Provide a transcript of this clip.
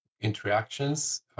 interactions